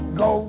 go